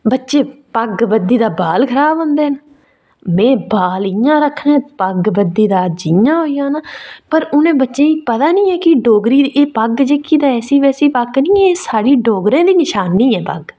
बच्चे पग्ग बद्धी ते बाल खराब होंदे न में बाल इ'यां रक्खने पग्ग बद्धी ते इ'यां होई जाना पर उ'नें बच्चे गी पता नेईं ऐ कि डोगरी दी पग्ग जेहकी तां ऐसी बैसी पग्ग नेईं ऐ साढ़े डोगरें दी निशानी ऐ एह् पग्ग